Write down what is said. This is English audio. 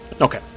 Okay